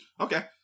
Okay